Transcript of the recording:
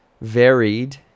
varied